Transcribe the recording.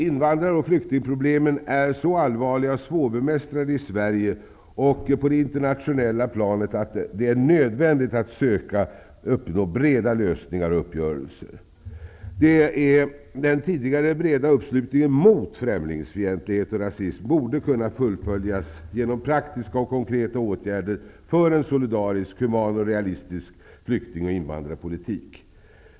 Invandrar och flyktingproblemen är så allvarliga och svårbemästrade i Sverige och på det internationella planet att det är nödvändigt att söka uppnå breda lösningar och uppgörelser. Den tidigare breda uppslutningen mot främlingsfientlighet och rasism borde kunna fullföljas genom praktiska och konkreta åtgärder för en solidarisk, human och realistisk flykting och invandrarpolitik.